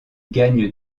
gagne